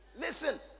Listen